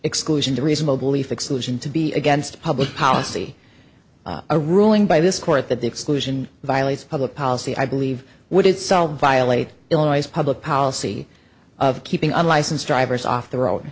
exclusion the reasonable belief exclusion to be against public policy a ruling by this court that the exclusion violates public policy i believe would solve violate illinois public policy of keeping unlicensed drivers off the road